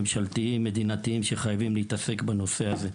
ממשלתיים-מדינתיים שחייבים להתעסק בנושא הזה.